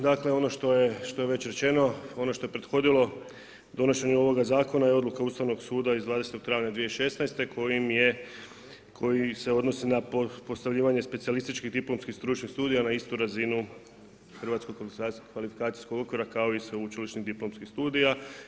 Dakle, ono što je već rečeno, ono što je prethodilo donošenju ovoga zakona je odluka Ustavnog suda iz 20. travnja 2016. koji se odnosi na … specijalističkih diplomskih stručnih studija na istu razinu hrvatskog kvalifikacijskog okvira kao i sveučilišnih diplomskih studija.